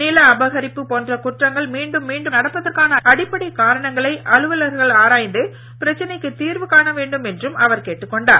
நில அபகரிப்பு போன்ற குற்றங்கள் மீண்டும் மீண்டும் நடப்பதற்கான அடிப்படை காரணங்களை அலுவலர்கள் ஆராய்ந்து பிரச்சனைக்கு தீர்வு காண வேண்டும் என்றும் அவர் கேட்டுக் கொண்டார்